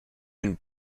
been